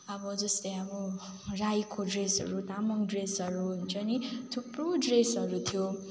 अब जस्तै हाम्रो राईको ड्रेसहरू तामाङ ड्रेसहरू हुन्छ नि थुप्रो ड्रेसहरू थियो